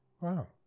Wow